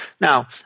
Now